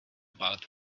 about